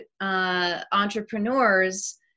entrepreneurs